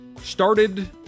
Started